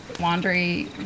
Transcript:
laundry